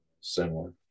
similar